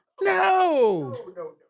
No